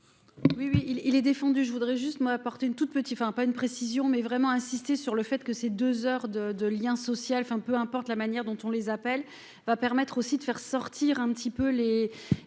il il est défendu, je voudrais juste m'a apporté une toute petite enfin pas une précision mais vraiment insister sur le fait que ces 2 heures de de lien social, enfin peu importe la manière dont on les appelle va permettre aussi de faire sortir un petit peu les,